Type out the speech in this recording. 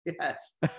yes